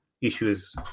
issues